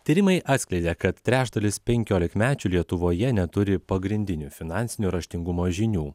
tyrimai atskleidė kad trečdalis penkiolikmečių lietuvoje neturi pagrindinių finansinio raštingumo žinių